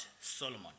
Solomon